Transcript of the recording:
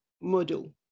model